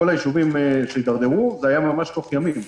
כל הישובים שהתדרדרו, זה היה ממש תוך ימים.